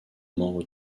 membre